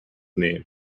name